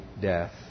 death